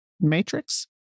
matrix